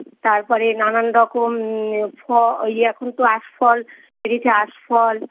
তারপরে নানান রকম ফ এই এখন তো আঁশফল বেরিয়েছে আঁশফল